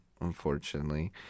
unfortunately